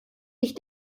ich